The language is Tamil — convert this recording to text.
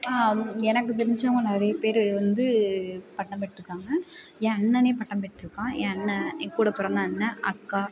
ஆ எனக்கு தெரிஞ்சவங்க நிறைய பேர் வந்து பட்டம் பெற்றிக்காங்க என் அண்ணனே பட்டம் பெற்றிருக்கான் என் அண்ணண் என் கூட பொறந்த அண்ணண் அக்கா